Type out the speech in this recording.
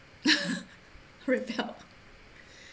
red belt